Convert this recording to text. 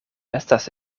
estas